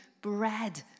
bread